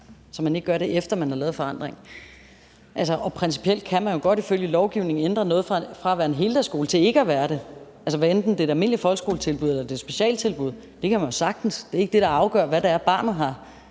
så man ikke gør det, efter at man har lavet forandringen. Principielt kan man jo godt ifølge lovgivningen ændre noget fra at være en heldagsskole til ikke at være det, hvad enten det er et almindeligt folkeskoletilbud eller et specialtilbud. Det kan man jo sagtens. Det er ikke det, der afgør, hverken hvad barnet har